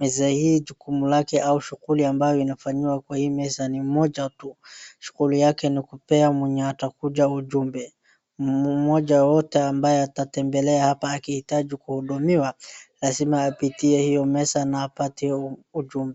Meza hii jukumu lake au shughuli ambayo inafanyiwa kwa hii meza ni moja tu. Shughuli yake ni kupea mwenye atakuja ujumbe. Mmoja yeyote ambaye atatembelea hapa akihitaji kuhudumiwa, lazima apitie hiyo meza na apate ujumbe.